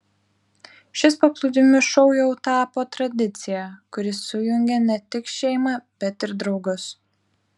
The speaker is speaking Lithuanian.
šis paplūdimių šou jau tapo tradicija kuri sujungia ne tik šeimą bet ir draugus